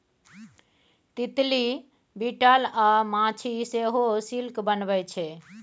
तितली, बिटल अ माछी सेहो सिल्क बनबै छै